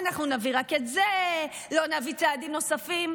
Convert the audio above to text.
אנחנו נביא רק את זה, לא נביא צעדים נוספים.